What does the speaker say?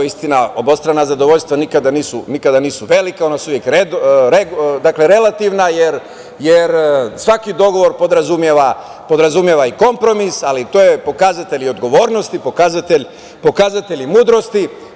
Istina, obostrana zadovoljstva nikada nisu velika, ona su uvek relativna, jer svaki dogovor podrazumeva i kompromis, ali to je pokazatelj odgovornosti, pokazatelj i mudrosti.